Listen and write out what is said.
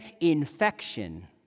infection